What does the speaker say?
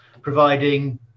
providing